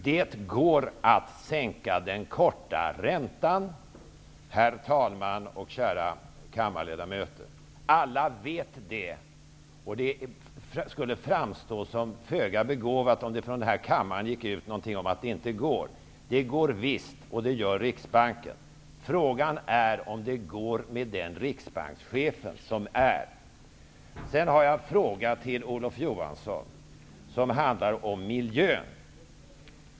Det går att sänka den korta räntan. Alla vet det. Det skulle framstå som föga begåvat om det från den här kammaren gick ut uppgifter om att det inte går. Det går visst! Och detta gör Riksbanken. Frågan är om det går med den riksbankschef som vi nu har. Sedan har jag en fråga till Olof Johansson. Det handlar om miljön.